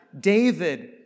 David